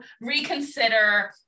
reconsider